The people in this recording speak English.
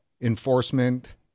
enforcement